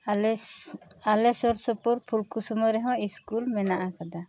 ᱟᱞᱮᱥ ᱟᱞᱮ ᱥᱩᱨ ᱥᱩᱯᱩᱨ ᱯᱷᱩᱞᱠᱩᱥᱢᱟᱹ ᱨᱮᱦᱚᱸ ᱤᱥᱠᱩᱞ ᱢᱮᱱᱟᱜ ᱟᱠᱟᱫᱟ